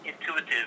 intuitive